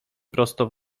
prosto